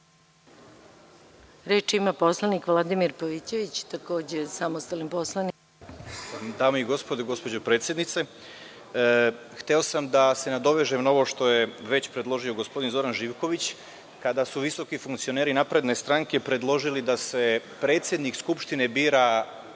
Izvolite. **Vladimir Pavićević** Dame i gospodo narodni poslanici, gospođo predsednice, hteo sam da se nadovežem na ovo što je već predložio gospodin Zoran Živković, kada su visoki funkcioneri Napredne stranke predložili da se predsednik Skupštine bira